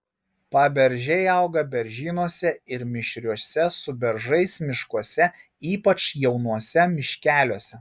paberžiai auga beržynuose ir mišriuose su beržais miškuose ypač jaunuose miškeliuose